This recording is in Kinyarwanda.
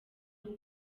bwo